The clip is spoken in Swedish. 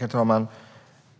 Herr talman!